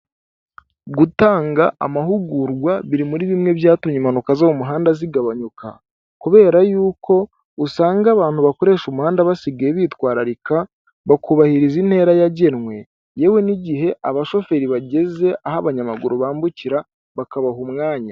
Gutanga amahugurwa biri muri bimwe byatumye impanuka zo mu muhanda zigabanyuka, kubera yuko usanga abantu bakoresha umuhanda basigaye bitwararika bakubahiriza intera yagenwe, yewe n'igihe abashoferi bageze aho abanyamaguru bambukira bakabaha umwanya.